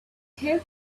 helped